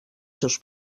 seus